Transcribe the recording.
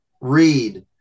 read